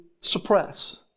suppress